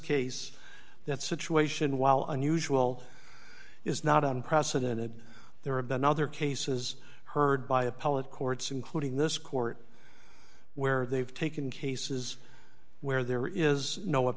case that situation while unusual is not unprecedented there have been other cases heard by appellate courts including this court where they've taken cases where there is no a